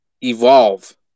evolve